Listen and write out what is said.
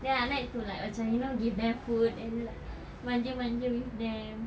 then I like to like macam you know give them food and be like manja manja with them